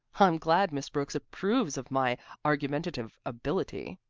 i'm glad miss brooks approves of my argumentative ability,